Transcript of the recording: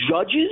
judges